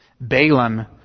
Balaam